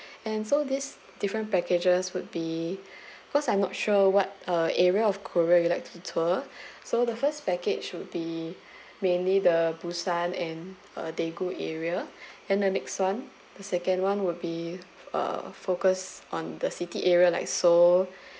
and so this different packages would be cause I'm not sure what uh area of korea you like to tour so the first package should be mainly the busan and uh daegu area and the next one the second one will be uh focus on the city area like so